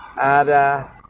Ada